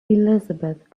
elizabeth